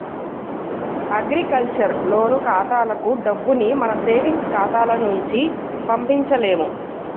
agriculture loan ఖాతాలకు డబ్బుని మన సేవింగ్స్ ఖాతాల నుంచి పంపించలేము